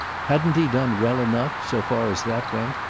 hadn't he done well enough, so far as that went,